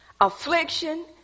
Affliction